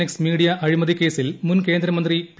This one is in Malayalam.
എക്സ് മീഡിയാ അഴിമതി കേസിൽ മുൻ കേന്ദ്രമന്ത്രി പി